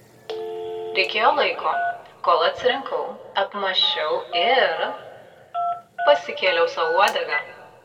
reikėjo laiko kol atsirinkau apmąsčiau ir pasikėliau sau uodegą